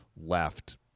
left